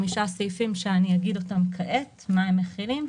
חמישה סעיפים שאגיד כעת מה הם מחילים,